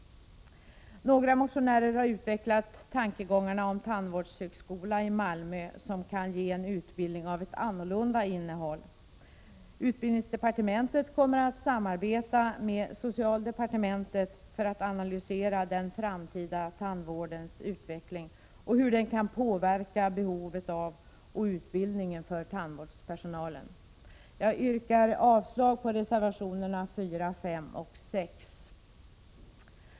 Några motionärer har utvecklat tankegångar om en tandvårdshögskola i Malmö som kan ge en utbildning med ett annorlunda innehåll. Utbildningsdepartementet kommer att samarbeta med socialdepartementet för att analysera den framtida tandvårdens utveckling och hur denna kan påverka behovet av och utbildningen för tandvårdspersonal. Jag yrkar avslag på reservationerna 4, 5 och 6.